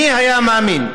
מי היה מאמין,